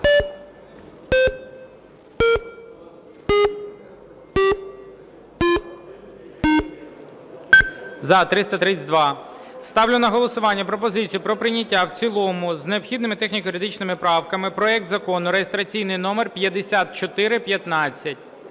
За-332 Ставлю на голосування пропозицію про прийняття в цілому з необхідними техніко-юридичними правками проект Закону (реєстраційний номер 5415).